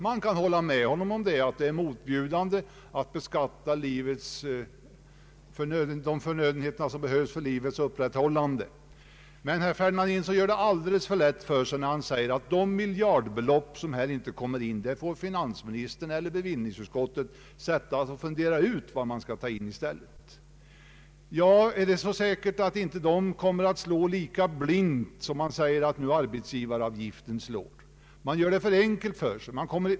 Jag kan hålla med honom om att det är motbjudande att beskatta livets nödtorft, men herr Ferdinand Nilsson gör det alldeles för lätt för sig, när han säger att finansministern eller bevillningsutskottet får fundera ut vad som skall tas in till statskassan i stället för de miljardbelopp som inte kommer att inflyta enligt herr Ferdinand Nilssons förslag. Är det så säkert att detta förslag inte kommer att slå lika blint som man nu säger att arbetsgivaravgiften slår? Man gör det för enkelt för sig.